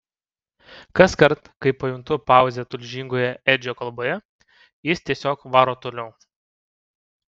kaskart kai pajuntu pauzę tulžingoje edžio kalboje jis tiesiog varo toliau